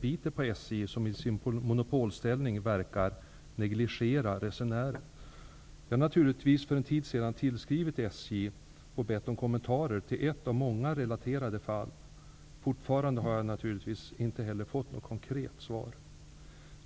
biter på SJ, som i sin monopolställning verkar negligera resenärer. Jag har naturligtvis för en tid sedan tillskrivit SJ och bett om kommentarer till ett av många relaterade fall. Fortfarande har jag inte fått något konkret svar.